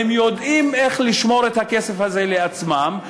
הם יודעים איך לשמור את הכסף הזה לעצמם,